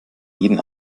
jeden